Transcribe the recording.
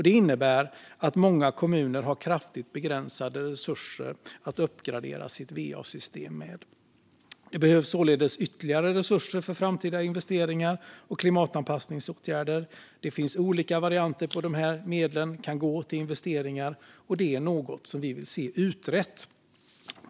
Det innebär att många kommuner har kraftigt begränsade resurser att uppgradera sitt va-system med. Det behövs således ytterligare resurser för framtida investeringar och klimatanpassningsåtgärder. Det finns olika varianter på hur dessa medel kan gå till investeringar, och detta är något som vi vill se utrett.